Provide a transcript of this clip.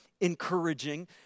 encouraging